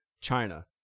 China